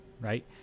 right